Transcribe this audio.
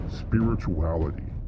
spirituality